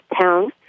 town